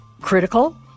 critical